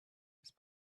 its